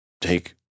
take